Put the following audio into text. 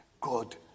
God